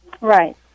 right